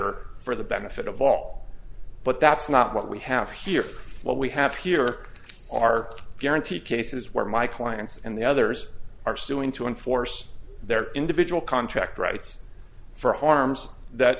debtor for the benefit of all but that's not what we have here what we have here are guaranteed cases where my clients and the others are suing to enforce their individual contract rights for harms that